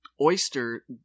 oyster